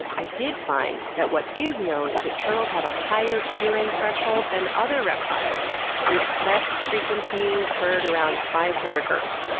i did find that what is known is that turtles have a higher hearing threshold than other reptiles with best frequencies heard around five hundred hz.